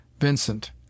Vincent